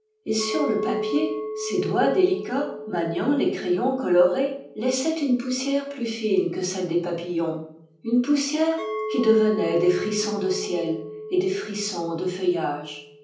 et sur le papier ses doigts délicats maniant les crayons colorés laissaient une poussière plus fine que celle des papillons une poussière qui devenait des frissons de ciel et des frissons de feuillage